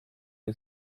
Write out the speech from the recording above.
one